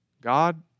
God